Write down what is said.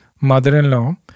mother-in-law